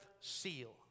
Seal